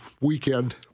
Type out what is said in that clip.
weekend